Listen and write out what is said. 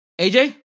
AJ